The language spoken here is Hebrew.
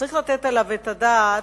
שצריך לתת עליו את הדעת,